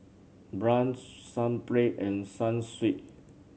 Braun Sunplay and Sunsweet